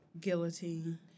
Guillotine